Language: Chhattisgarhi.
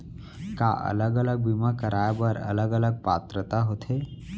का अलग अलग बीमा कराय बर अलग अलग पात्रता होथे?